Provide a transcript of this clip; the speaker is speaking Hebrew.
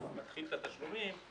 כשהוא יתחיל את התשלומים,